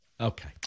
Okay